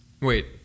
Wait